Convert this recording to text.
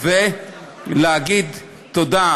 ולהגיד תודה